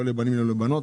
לא לבנים ולא לבנות.